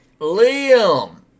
Liam